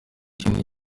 ikindi